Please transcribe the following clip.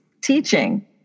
teaching